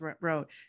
wrote